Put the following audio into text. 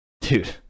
dude